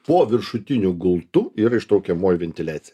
po viršutinių gultų ir ištraukiamoji ventiliacija